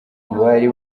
bari